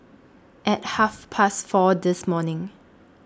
At Half Past four This morning